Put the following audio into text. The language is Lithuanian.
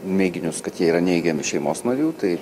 mėginius kad jie yra neigiami šeimos narių tai